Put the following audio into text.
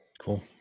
Cool